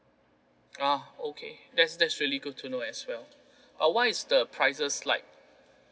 oh okay that's that's really good to know as well uh what is the prices like